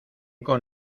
con